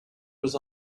was